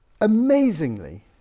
amazingly